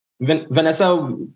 Vanessa